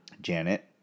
Janet